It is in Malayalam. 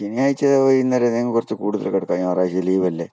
ശനിയാഴ്ച വൈകുന്നേരം ഞാൻ കുറച്ച് കൂടുതൽ കിടക്കും ഞായറാഴ്ച ലീവല്ലേ